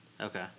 Okay